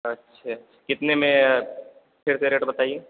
अच्छे कितने में फ़िर से रेट बताइए